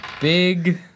Big